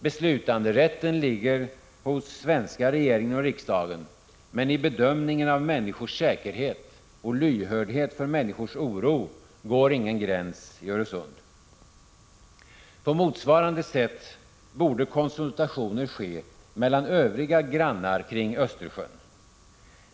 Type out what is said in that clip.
Beslutanderätten ligger hos svenska regeringen och riksdagen, men vid bedömningen av människors säkerhet och lyhördhet för människors oro går ingen gräns i Öresund. På motsvarande sätt borde konsultationer ske mellan övriga grannar kring Östersjön.